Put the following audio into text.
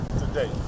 today